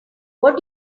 what